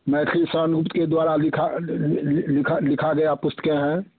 मैथिलीशरण गुप्त के द्वारा लिखा लिखा लिखा गया पुस्तकें है